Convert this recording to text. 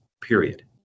period